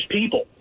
people